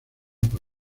por